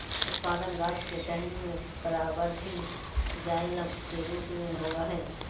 उत्पादन गाछ के टहनी में परवर्धी जाइलम के रूप में होबय हइ